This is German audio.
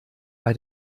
bei